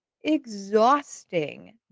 exhausting